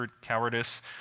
cowardice